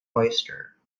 oyster